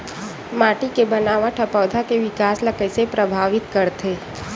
माटी के बनावट हा पौधा के विकास ला कइसे प्रभावित करथे?